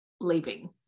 leaving